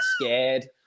scared